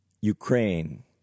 Ukraine